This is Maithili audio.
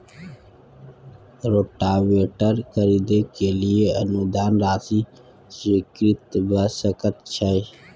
रोटावेटर खरीदे के लिए अनुदान राशि स्वीकृत भ सकय छैय?